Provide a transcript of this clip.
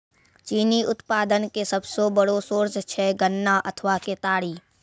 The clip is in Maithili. चीनी उत्पादन के सबसो बड़ो सोर्स छै गन्ना अथवा केतारी